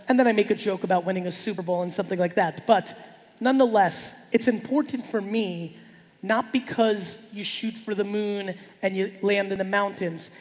and then i make a joke about winning a superbowl and something like that. but nonetheless, it's important for me not because you shoot for the moon and you land in the mountains.